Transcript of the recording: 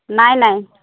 ନାଇଁ ନାଇଁ